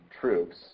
troops